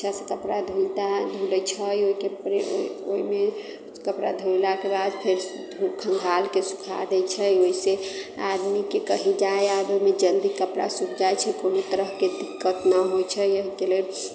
अच्छा से कपड़ा धुलता हइ धुलैत छै ओहिके परे ओहिमे कपड़ा धोयलाक बाद फेर खङ्गालके सुखा दय छै ओहिसे आदमीके कहीँ जाय आबै मे जल्दी कपड़ा सुखि जाइत छै कोनो तरहकेँ दिक्कत नहि होइत छै